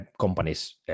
companies